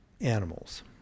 animals